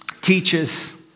teaches